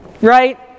Right